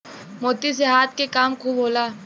मोती से हाथ के काम खूब होला